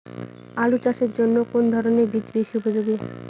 আলু চাষের জন্য কোন ধরণের বীজ বেশি উপযোগী?